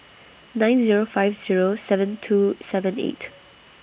nine Zero five Zero seven two seven eight